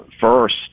first